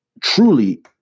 truly